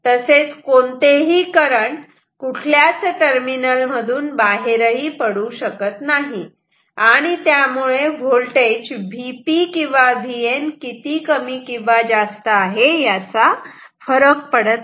तसेच कोणतेही करंट कुठल्याच टर्मिनल मधून बाहेर पडू शकत नाही आणि त्यामुळे व्होल्टेज Vp किंवा Vn किती कमी किंवा जास्त आहे याचा फरक पडत नाही